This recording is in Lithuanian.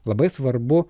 labai svarbu